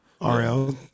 rl